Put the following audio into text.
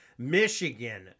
Michigan